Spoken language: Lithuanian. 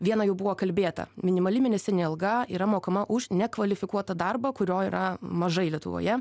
viena jau buvo kalbėta minimali mėnesinė alga yra mokama už nekvalifikuotą darbą kurio yra mažai lietuvoje